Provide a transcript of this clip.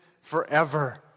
forever